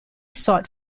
sought